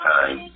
Time